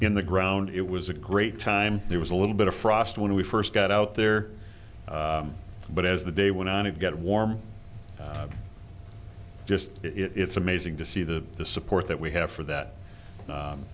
in the ground it was a great time there was a little bit of frost when we first got out there but as the day went on it get warm just it's amazing to see the the support that we have for that